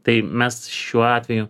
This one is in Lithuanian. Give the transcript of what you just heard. tai mes šiuo atveju